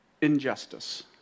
injustice